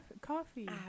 coffee